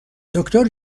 دکتر